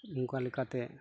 ᱚᱱᱠᱟᱞᱮᱠᱟᱛᱮ